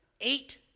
Eight